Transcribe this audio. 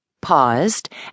paused